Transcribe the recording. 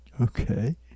Okay